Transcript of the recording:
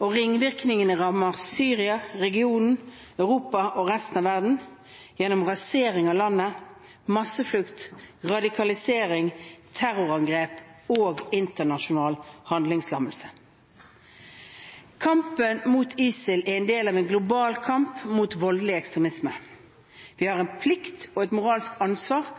Ringvirkningene rammer Syria, regionen, Europa og resten av verden – gjennom rasering av landet, masseflukt, radikalisering, terrorangrep og internasjonal handlingslammelse. Kampen mot ISIL er en del av en global kamp mot voldelig ekstremisme. Vi har en plikt til og et moralsk ansvar